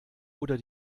oder